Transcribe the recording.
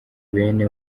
bene